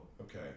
okay